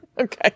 Okay